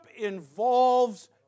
involves